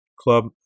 club